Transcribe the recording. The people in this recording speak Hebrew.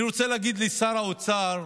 אני רוצה להגיד לשר האוצר: